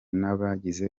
n’abagize